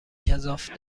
گزاف